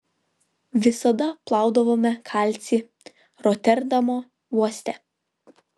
visada plaudavome kalcį roterdamo uoste